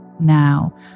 now